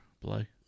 play